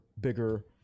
bigger